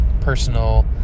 personal